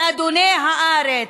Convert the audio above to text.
ולאדוני הארץ,